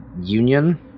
union